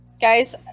Guys